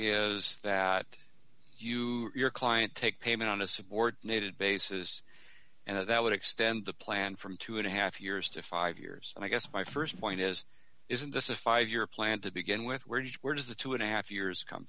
is that you your client take payment on a support needed basis and that would extend the plan from two dollars and a half years to five years and i guess my st point is isn't this a five year plan to begin with where just where does the two and a half years come